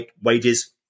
wages